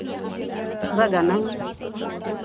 मथुरा जाना है